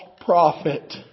prophet